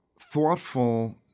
thoughtful